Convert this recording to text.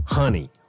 Honey